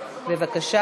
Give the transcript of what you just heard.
בבקשה,